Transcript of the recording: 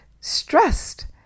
stressed